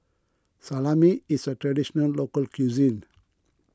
Salami is a Traditional Local Cuisine